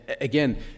again